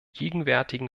gegenwärtigen